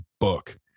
book